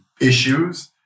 issues